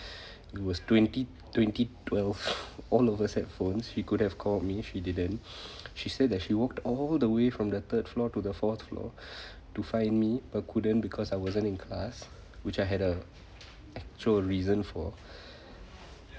it was twenty twenty twelve all of us had phones she could have called me she didn't she said that she walked over the way from the third floor to the fourth floor to find me but couldn't because I wasn't in class which I had a actual reason for